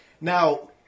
Now